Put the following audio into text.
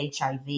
HIV